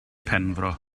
penfro